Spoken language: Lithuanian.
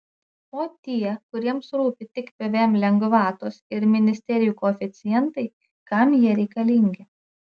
o tie kuriems rūpi tik pvm lengvatos ir ministerijų koeficientai kam jie reikalingi